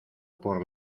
por